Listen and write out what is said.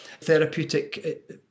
therapeutic